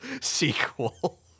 sequel